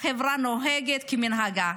והחברה נוהגת כמנהגה.